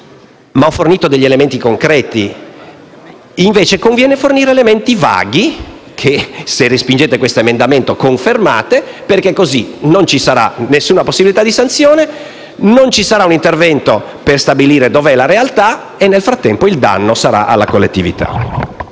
io ho fornito degli elementi concreti. Invece conviene fornire elementi vaghi che, se respingete questo emendamento, confermate, perché non ci saranno alcune possibilità di sanzione e un intervento per stabilire dov'è la realtà e nel frattempo la collettività